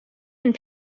and